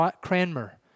Cranmer